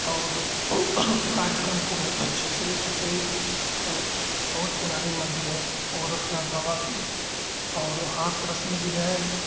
और उस कार्यक्रम को बहुत अच्छे से लेकर चले और बहुत पुरानी मंदिर है गोरखनाथ बाबा की और हाथरस में भी है